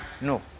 No